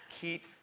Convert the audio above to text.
keep